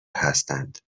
هستند